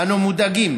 אנו מודאגים